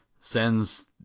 sends